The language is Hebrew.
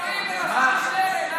אלוף במילואים אלעזר שטרן,